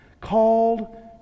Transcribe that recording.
called